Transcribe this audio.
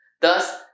Thus